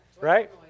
right